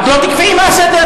את לא תקבעי מה הסדר.